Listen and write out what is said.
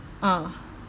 ah